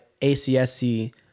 ACSC